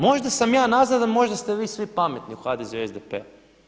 Možda sam ja nazadan a možda ste vi svi pametni u HDZ-u i SDP-u.